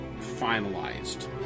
finalized